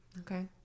Okay